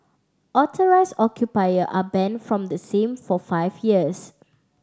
authorised occupier are banned from the same for five years